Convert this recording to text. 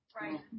Right